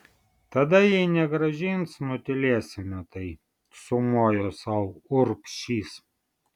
tada jei negrąžins nutylėsime tai sumojo sau urbšys